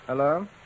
Hello